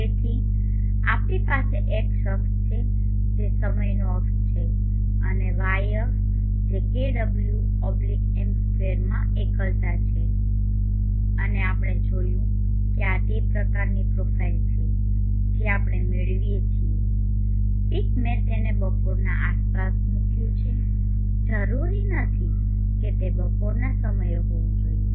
તેથી આપણી પાસે x અક્ષ છે જે સમયનો અક્ષ છે અને y અક્ષ જે kWm2 માં એકલતા છે અને આપણે જોયું કે આ તે પ્રકારની પ્રોફાઇલ છે જે આપણે મેળવીએ છીએ પીક મેં તેને બપોરના આસપાસ મૂક્યું છે જરૂરી નથી કે તે બપોરના સમયે હોવું જોઈએ